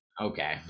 Okay